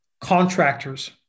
contractors